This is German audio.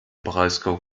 breisgau